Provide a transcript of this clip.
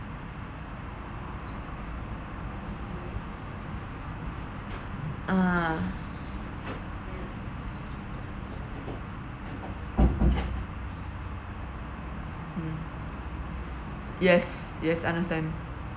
ah mm yes yes understand